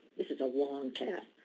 this is a long tab,